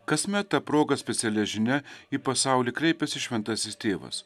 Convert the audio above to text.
kasmet ta proga specialia žinia į pasaulį kreipiasi šventasis tėvas